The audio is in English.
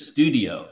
Studio